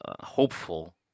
hopeful